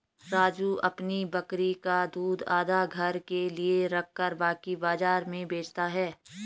राजू अपनी बकरी का दूध आधा घर के लिए रखकर बाकी बाजार में बेचता हैं